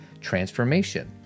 transformation